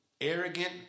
arrogant